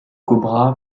cobra